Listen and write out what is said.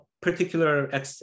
particular